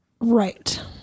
Right